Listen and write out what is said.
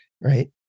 right